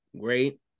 great